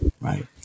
right